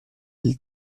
del